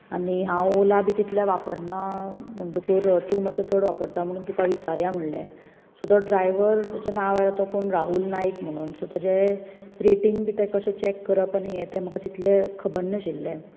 आनी हांव ओला बी तितले वापरना म्हणटकूच तूं मातसो चड वापरता म्हूण तुका विचारया म्हणटलें सो तो ड्रायवर जाचें नांव आयलां तो कोण राहुल नायक म्हणून सो ताचें रेटींग बी कशें चॅक करप आनी हें तें तें म्हाका तितलें खबर नाशिल्लें